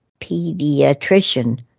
pediatrician